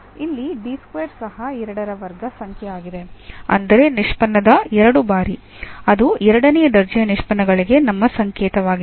ಇಲ್ಲಿ ಸಹ 2 ರ ವರ್ಗ ಸಂಖ್ಯೆಯಾಗಿದೆ ಅಂದರೆ ನಿಷ್ಪನ್ನದ ಎರಡು ಬಾರಿ ಅದು ಎರಡನೇ ದರ್ಜೆಯ ನಿಷ್ಪನ್ನಗಳಿಗೆ ನಮ್ಮ ಸಂಕೇತವಾಗಿದೆ